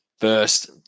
first